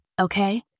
okay